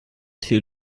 too